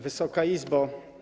Wysoka Izbo!